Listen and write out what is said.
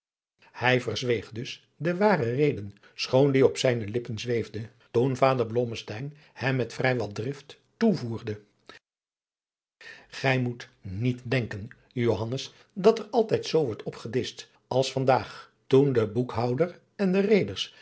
hij verzweeg dus de ware reden schoon die op zijne lippen zweefde toen vader blommesteyn hem met vrij wat drist toevoerde gij moet adriaan loosjes pzn het leven van johannes wouter blommesteyn niet denken johannes dat er altijd zoo wordt opgedischt als van daag toen de boekhouder en de